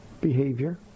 behavior